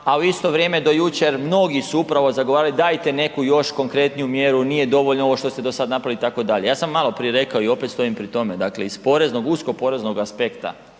a u isto vrijeme do jučer mnogi su upravo zagovarali dajte neku još konkretniju mjeru, nije dovoljno ovo što ste do sad napravili itd. Ja sam maloprije rekao i opet stojim pri tome, dakle, iz poreznog, usko poreznog aspekta,